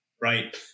right